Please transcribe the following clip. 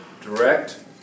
Direct